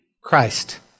Christ